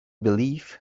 belief